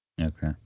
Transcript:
Okay